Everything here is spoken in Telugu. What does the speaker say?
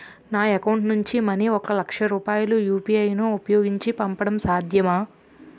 నా అకౌంట్ నుంచి మనీ ఒక లక్ష రూపాయలు యు.పి.ఐ ను ఉపయోగించి పంపడం సాధ్యమా?